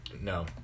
No